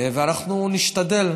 ואנחנו נשתדל.